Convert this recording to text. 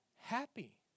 Happy